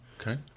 Okay